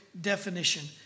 definition